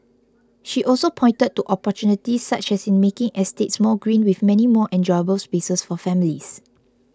she also pointed to opportunities such as in making estates more green with many more enjoyable spaces for families